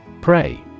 Pray